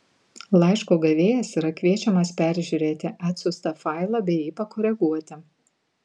laiško gavėjas yra kviečiamas peržiūrėti atsiųstą failą bei jį pakoreguoti